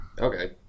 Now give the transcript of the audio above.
Okay